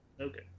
okay